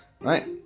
right